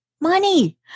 Money